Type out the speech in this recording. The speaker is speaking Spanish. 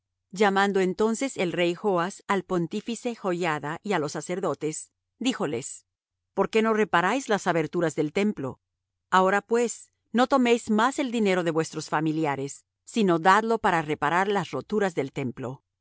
llamando entonces el rey joas al pontífice joiada y á los sacerdotes díjoles por qué no reparáis las aberturas del templo ahora pues no toméis más el dinero de vuestros familiares sino dadlo para reparar las roturas del templo